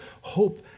Hope